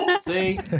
See